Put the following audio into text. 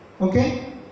Okay